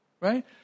right